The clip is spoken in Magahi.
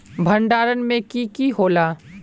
भण्डारण में की की होला?